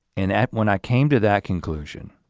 and that when i came to that conclusion,